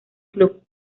club